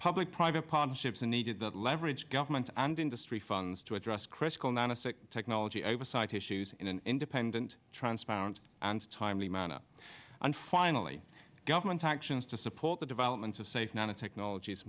public private partnerships and needed that leverage government and industry funds to address critical nana sic technology oversight issues in an independent transparent and timely manner and finally government actions to support the development of safe nanotechnolog